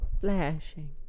flashing